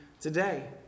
today